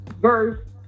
verse